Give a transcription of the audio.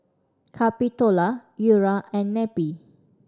Capitola Eura and Neppie